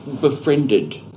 befriended